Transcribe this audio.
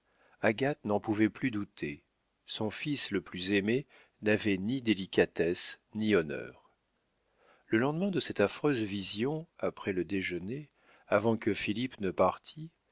agathe n'en pouvait plus douter son fils le plus aimé n'avait ni délicatesse ni honneur le lendemain de cette affreuse vision après le déjeuner avant que philippe ne partît